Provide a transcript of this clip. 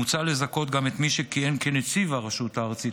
מוצע לזכות גם את מי שכיהן כנציב הרשות הארצית